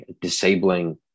disabling